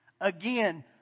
Again